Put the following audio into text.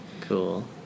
Cool